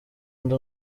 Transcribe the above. ndi